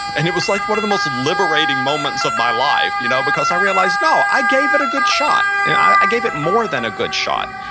and it was like one of the most liberating moments of my life you know because i realized, no, i gave it a good shot. and i gave it more than a good shot.